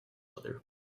other